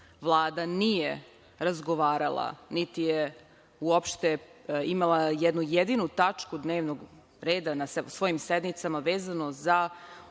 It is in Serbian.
Vlada nije razgovarala niti je uopšte imala jednu jedinu tačku dnevnog reda na svojim sednicama, vezano za